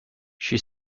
she